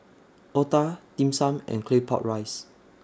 Otah Dim Sum and Claypot Rice